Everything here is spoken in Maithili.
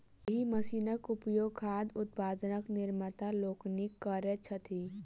एहि मशीनक उपयोग खाद्य उत्पादक निर्माता लोकनि करैत छथि